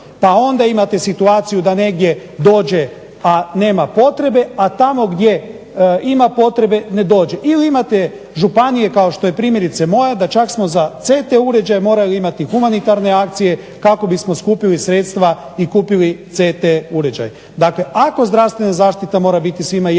Pa onda imate situaciju da negdje dođe, a nema potrebe, a tamo gdje ima potrebe ne dođe. Ili imate županije kao što je primjerice moja da čak smo za CT morali imati humanitarne akcije kako bismo skupili sredstva i kupili CT uređaj. Dakle, ako zdravstvena zaštita svima mora biti jednako dostupna,